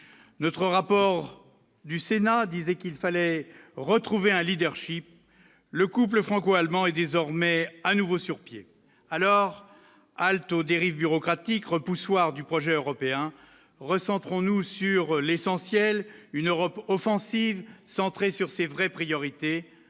notre rapport du Sénat, disait qu'il fallait retrouver un Leadership, le couple franco-allemand est désormais à nouveau sur pied, alors halte aux dérives bureaucratiques repoussoir du projet européen recentrons-nous sur l'essentiel, une Europe offensive centrée sur ses vraies priorités